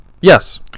yes